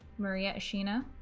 maria ashina